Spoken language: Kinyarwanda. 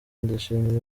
ndashimira